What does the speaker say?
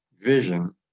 vision